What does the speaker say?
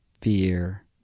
fear